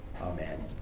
Amen